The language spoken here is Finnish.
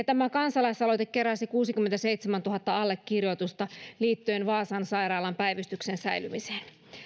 tämä kansalaisaloite keräsi kuusikymmentäseitsemäntuhatta allekirjoitusta liittyen vaasan sairaalan päivystyksen säilymiseen